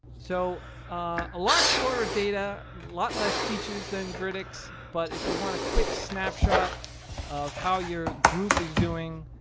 so ah a lot shorter data, a lot less features than grydics, but if you want a quick snapshot of how your group is doing,